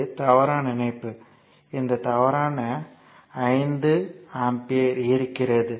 இது தவறான இணைப்பு இந்த தவறான 5 ஆம்பியர் இருக்கிறது